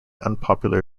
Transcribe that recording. unpopular